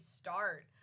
start